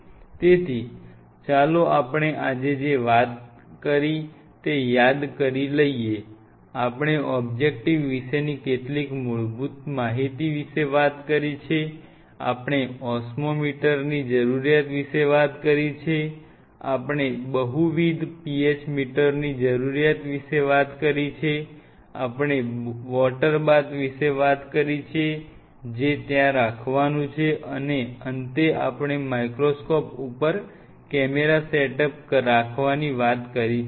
તેથી ચાલો આપણે આજે જે વાત કરી છે તે યાદ કરીએ આપણે ઓબજેક્ટીવ વિશેની કેટલીક મૂળભૂત માહિતી વિશે વાત કરી છે આપણે ઓસ્મોમીટરની જરૂરિયાત વિશે વાત કરી છે આપણે બહુવિધ PH મીટરની જરૂરિયાત વિશે વાત કરી છે આપણે વોટરબાથ વિશે વાત કરી છે જે ત્યાં રાખવાનું છે અને અંતે આપણે માઇક્રોસ્કોપ ઉપર કેમેરા સેટઅપ રાખવાની વાત કરી છે